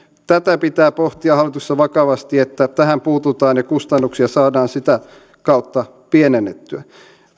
tätä pitää pohtia hallituksessa vakavasti että tähän puututaan ja kustannuksia saadaan sitä kautta pienennettyä